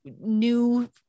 new